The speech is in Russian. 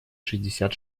шестьдесят